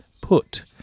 Put